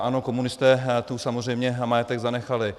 Ano, komunisté tu samozřejmě majetek zanechali.